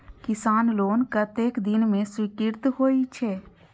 किसान लोन कतेक दिन में स्वीकृत होई छै?